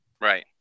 Right